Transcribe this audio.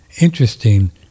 interesting